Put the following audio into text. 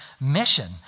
mission